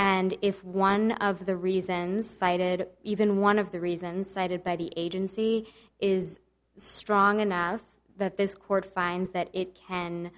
and if one of the reasons cited even one of the reasons cited by the agency is strong enough that this court finds that it can